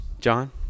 John